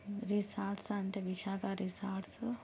resorts అంటే Visakha resorts